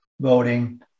voting